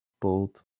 Bold